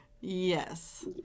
yes